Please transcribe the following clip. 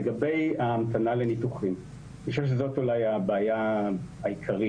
לגבי ההמתנה לניתוחים: אני חושב שזאת אולי הבעיה העיקרית.